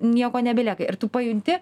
nieko nebelieka ir tu pajunti